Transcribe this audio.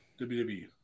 WWE